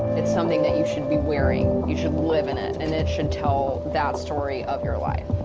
it's something that you should be wearing. you should live in it. and it should tell that story of your life.